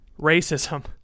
racism